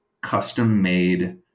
custom-made